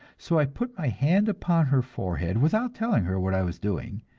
so i put my hand upon her forehead, without telling her what i was doing,